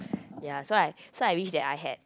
yea so I so I wish that I had